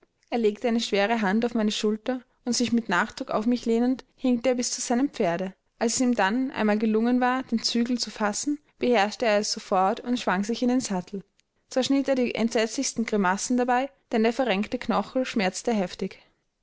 er legte eine schwere hand auf meine schulter und sich mit nachdruck auf mich lehnend hinkte er bis zu seinem pferde als es ihm dann einmal gelungen war den zügel zu fassen beherrschte er es sofort und schwang sich in den sattel zwar schnitt er die entsetzlichsten grimassen dabei denn der verrenkte knöchel schmerzte heftig